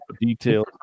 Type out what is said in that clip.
details